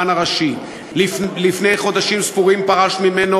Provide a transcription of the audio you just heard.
אלא של בתי-המשפט בישראל,